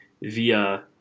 via